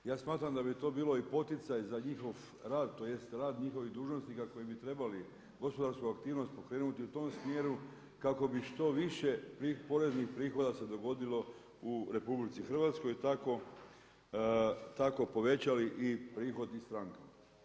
Ja smatram da bi to bilo i poticaj za njihov rad, tj. rad njihovih dužnosnika koji bi trebali gospodarsku aktivnost pokrenuti u tom smjeru kako bi što više tih poreznih prihoda se dogodilo u RH, tako povećali i prihodi strankama.